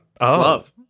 Love